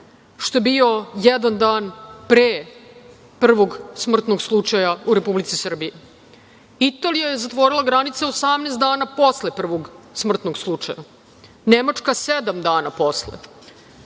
što je bio jedan dan pre prvog smrtnog slučaja u Republici Srbiji. Italija je zatvorila granice 18 dana posle prvog smrtnog slučaja, Nemačka sedam dana posle,